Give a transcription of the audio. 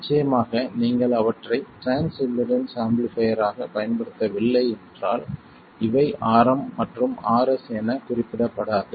நிச்சயமாக நீங்கள் அவற்றை டிரான்ஸ் இம்பிடன்ஸ் ஆம்பிளிஃபைர் ஆகப் பயன்படுத்தவில்லை என்றால் இவை Rm மற்றும் Rs என குறிப்பிடப்படாது